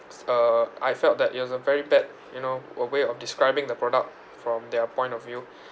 it was a I felt that it was a very bad you know w~ way of describing the product from their point of view